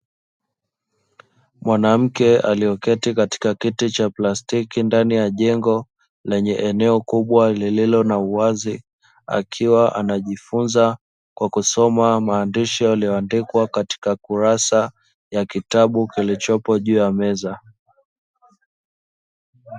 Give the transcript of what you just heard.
Mwanamke aliyeketi katika kiti cha plastiki ndani ya jengo lenye eneo kubwa lililo na uwazi, akiwa anajifunza kwa kusoma maandishi yaliyoandikwa katika kurasa za kitabu kilichopo juu ya meza.